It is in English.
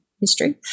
history